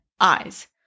eyes